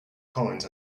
coins